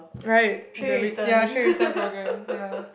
right the ret~ yeah tray return program ya